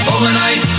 Overnight